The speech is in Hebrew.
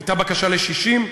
הייתה בקשה ל-60,